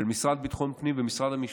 של משרד ביטחון הפנים ומשרד המשפטים,